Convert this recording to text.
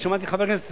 שמעתי את חבר הכנסת